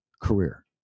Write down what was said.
career